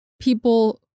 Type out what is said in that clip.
people